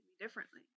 differently